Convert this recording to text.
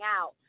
out